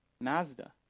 Mazda